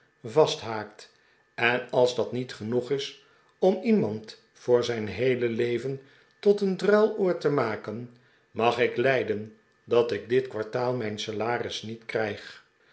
vasthaakt en als dat niet genoeg is om iemand voor zijn heele leven tot een druiloor te maken mag ik lijden dat ik dit kwartaal mijn salaris niet krijg